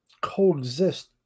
coexist